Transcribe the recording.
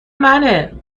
منه